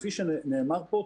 כפי שנאמר פה,